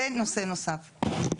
זה נושא נוסף.